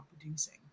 producing